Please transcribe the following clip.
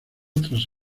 tras